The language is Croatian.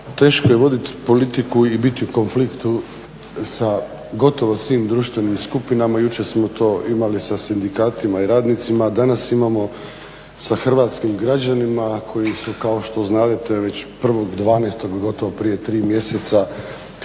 teško je voditi politiku i biti u konfliktu sa gotovo svim društvenim skupinama. Jučer smo to imali sa sindikatima i radnicima, a danas imamo sa hrvatskim građanima koji su kao što znadete već 1.12.gotovo prije tri mjeseca